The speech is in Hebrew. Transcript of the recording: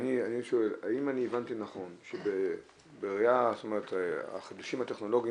אני שואל האם אני הבנתי נכון שהחידושים הטכנולוגיים